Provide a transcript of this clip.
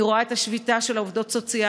אני רואה את השביתה של העובדות הסוציאליות,